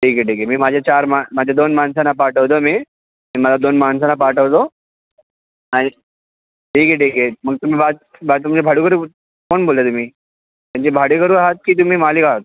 ठीक आहे ठीक आहे मी माझ्या चार मा माझ्या दोन माणसांना पाठवतो मी मी माझ्या दोन माणसांना पाठवतो आणि ठीक आहे ठीक आहे मग तुम्ही तुमचे भाडेकरू बोल कोण बोलत आहे तुम्ही त्यांचे भाडेकरू आहात की तुम्ही मालक आहात